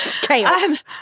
Chaos